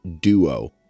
Duo